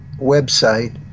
website